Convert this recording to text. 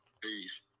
Peace